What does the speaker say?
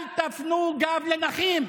אל תפנו גב לנכים.